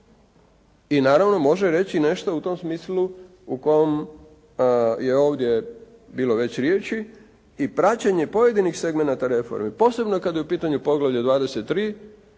i naravno može reći nešto u tom smislu u kom je ovdje bilo već riječi i praćenje pojedinih segmenata reformi, posebno kad je u pitanju poglavlje 23.